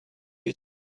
you